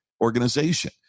organization